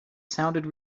sounded